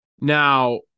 Now –